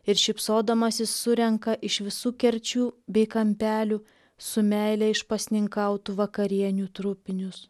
ir šypsodamasis surenka iš visų kerčių bei kampelių su meile išpasninkautų vakarienių trupinius